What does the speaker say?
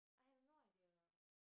I have no idea